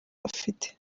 bafite